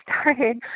started